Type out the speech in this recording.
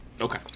Okay